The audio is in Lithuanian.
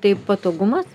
tai patogumas